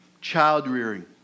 child-rearing